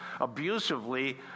abusively